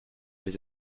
les